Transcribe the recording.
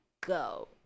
Go